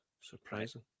Surprising